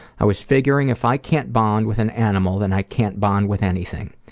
i was figuring if i can't bond with an animal, then i can't bond with anything.